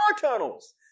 tunnels